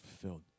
fulfilled